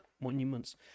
monuments